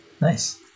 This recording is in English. Nice